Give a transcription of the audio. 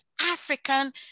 african